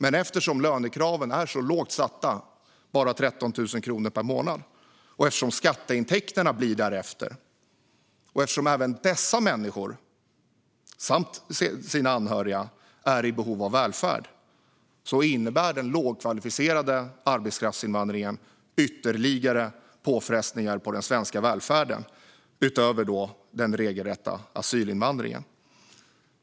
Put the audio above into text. Men eftersom lönekraven är så lågt satta som 13 000 kronor per månad och eftersom skatteintäkterna blir därefter - och eftersom även dessa människor, liksom deras anhöriga, är i behov av välfärd - innebär den lågkvalificerade arbetskraftsinvandringen ytterligare påfrestningar på den svenska välfärden utöver den regelrätta asylinvandringen.